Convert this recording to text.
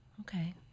okay